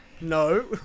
No